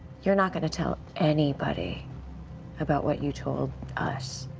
you're not going to tell anybody about what you told us,